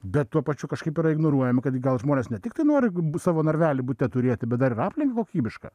bet tuo pačiu kažkaip yra ignoruojama kad gal žmonės ne tiktai nori būt savo narvelyje bute turėti bet dar aplinką kokybišką